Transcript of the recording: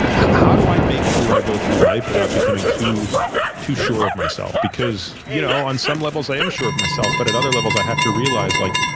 how do i make sure i go through life without becoming too too sure of myself? because you know on some levels i am sure of myself, but at other levels i have to realize, like,